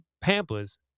pampers